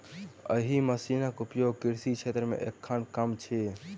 एहि मशीनक उपयोग कृषि क्षेत्र मे एखन कम अछि